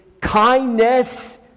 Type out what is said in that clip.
kindness